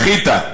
בכית,